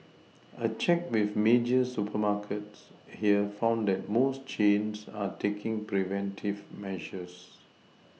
a check with major supermarkets here found that most chains are taking preventive measures